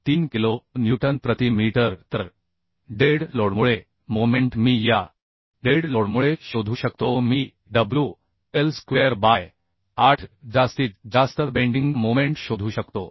3 kilo newton प्रति metre तर dead लोडमुळे मोमेंट मी या डेड लोडमुळे शोधू शकतो मी wL स्क्वेअर बाय 8 जास्तीत जास्त बेंडिंग मोमेंट शोधू शकतो